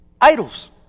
idols